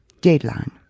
deadline